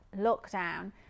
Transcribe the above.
lockdown